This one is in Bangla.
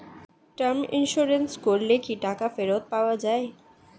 টার্ম ইন্সুরেন্স করলে কি টাকা ফেরত পাওয়া যায়?